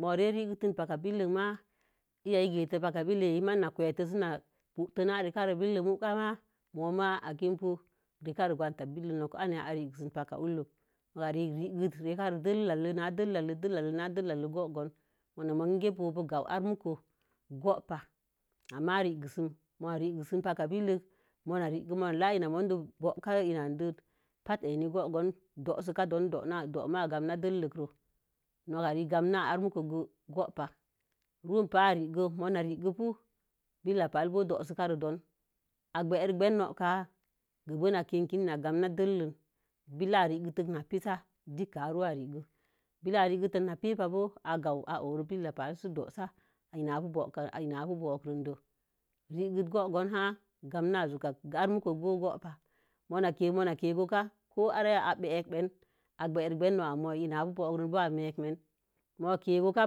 Mo̱ re ma, regetə paka billək ma, iya ekə paka billək kə ma, ma'iz n kə gwete sə n kə pukə na'i, rekaren billək muka ma. Moma akinpu rek gwanta billək tə. Nok an ya arek n baka uləi. Nok ga rekə re dellə lə dellə na dellə go̱o̱gon mona muge bo̱o̱ gawo'u a, mugo. Go̱o̱ba ama regə sem. Ma regəmsem paka billək ma regə mala ina mondei bo̱ga ina de, pat i eni go̱o̱gon. Do'sa ka don do'máa gamma dəllək kə, noka re gamna armugon go̱o̱ba. Rupa i rega, ma regə ká pu, billək pa bo̱o̱ do su ka don. I gwəren no'i ka, gwəben ikin ina gamna dəllən. Bila regentə na pi. Dik gak i rege. Billa regəte na pi pa bo̱o̱ a gawon a oro billək pa sə n do̱o̱sa. Inaa i pu go'ok rondo. Regəte go̱o̱gon ha gana zu'ka'a bo̱o̱ go̱o̱ba. Muna ke ma ke gooka ko araya a benk benee i gwəre nót mo̱t. Inaa go̱o̱gon bo̱o̱ a memen. Ma ge goka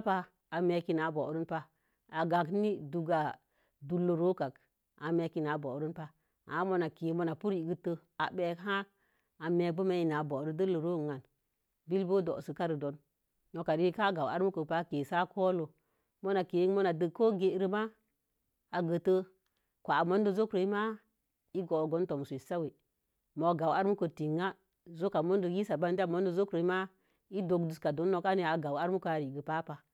ba'a bo̱o̱ a memen ina'a bo̱o̱ ron ba, a gank na duga a donlorokan a mekə ina'a bo̱o̱ ba. Ama ma ke ma puregəte a bək har. Ame men ina'a bo̱o̱ron dəllə ron an. Billək bo̱o̱ do̱sukai noka regə ka kolo, ma kə an sə a dək ko gere ma, a gote kwa mondo zokroí í bo̱o̱bon tomse wesawə. Mo̱o̱ gawə are muko tinya, soka munk, yesabandi a mondai zogon wa i donduka don, nok a ya i gawon a mugo, a rego pa ba.